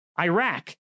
Iraq